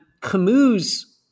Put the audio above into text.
Camus